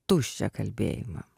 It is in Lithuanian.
tuščią kalbėjimą